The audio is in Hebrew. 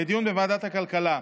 לדיון בוועדת הכלכלה.